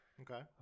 Okay